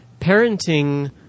parenting